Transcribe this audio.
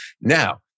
Now